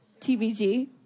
tbg